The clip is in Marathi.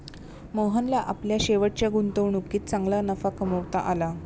मोहनला आपल्या शेवटच्या गुंतवणुकीत चांगला नफा कमावता आला